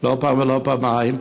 לא פעם ולא פעמיים.